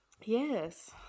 Yes